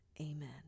Amen